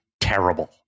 terrible